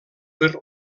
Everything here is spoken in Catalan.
per